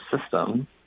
system